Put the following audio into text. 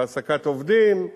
והעסקת עובדים.